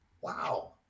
Wow